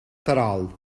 terol